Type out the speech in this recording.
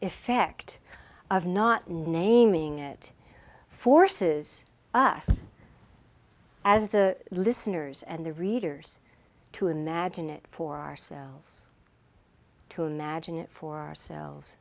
effect of not naming it forces us as the listeners and the readers to imagine it for ourselves to imagine it for our selves